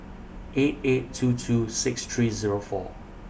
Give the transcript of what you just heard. eight eight two two six three Zero four